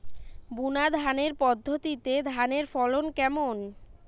বুনাধানের পদ্ধতিতে ধানের ফলন কেমন?